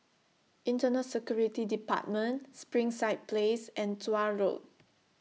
Internal Security department Springside Place and Tuah Road